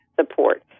support